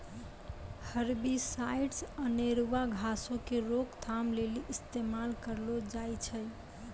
herbicides अनेरुआ घासो के रोकथाम लेली इस्तेमाल करलो जाय छै